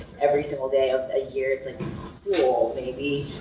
every single day of a year. it's like, cool maybe.